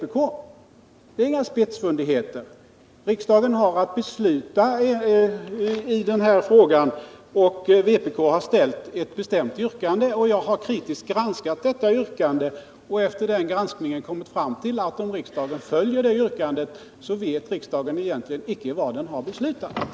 Det är inte fråga om några spetsfundigheter. Riksdagen har att besluta i denna fråga, och vpk har ställt ett bestämt yrkande. Jag har kritiskt granskat detta yrkande och efter denna granskning kommit fram till att om riksdagen följer det yrkandet vet den egentligen inte vad den har beslutat om.